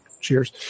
cheers